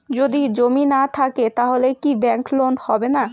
যদি জমি না থাকে তাহলে কি ব্যাংক লোন হবে না?